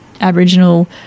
Aboriginal